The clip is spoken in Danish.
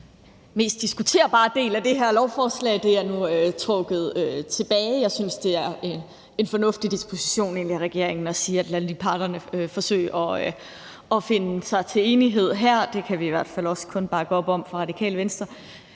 mest diskuterbare del af det her lovforslag nu er trukket tilbage. Jeg synes, det egentlig er en fornuftig disposition af regeringen at sige: Lad lige parterne forsøge at finde frem til en enighed her. Det kan vi i hvert fald også kun bakke op om fra Radikale Venstres